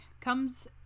comes